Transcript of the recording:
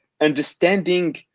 understanding